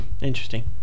Interesting